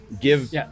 give